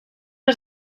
les